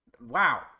wow